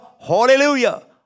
hallelujah